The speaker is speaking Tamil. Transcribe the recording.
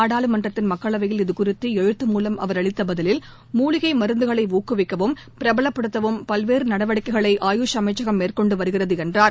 நாடாளுமன்றத்தின் மக்களவையில் இது குறித்து எழுத்து மூலம் அவர் அளித்த பதிலில் மூலிகை மருந்துகளை ஊக்குவிக்கவும் பிரபலப்படுத்தவும் பல்வேறு நடவடிக்கைகளை ஆயுஷ் அமைச்சகம் மேற்கொண்டு வருகிறது என்றார்